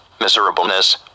miserableness